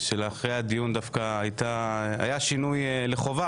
לאחר הדיון היה שינוי לטובה,